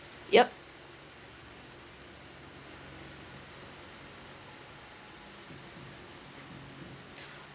yup